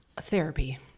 therapy